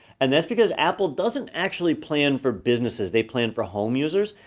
and that's because apple doesn't actually plan for businesses, they plan for home users.